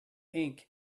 ink